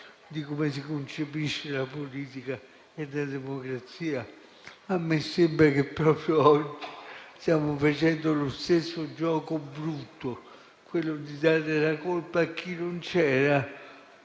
di come si concepiscono la politica e la democrazia. A me sembra che proprio oggi stiamo facendo lo stesso gioco brutto, quello di dare la colpa a chi non c'era